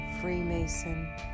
Freemason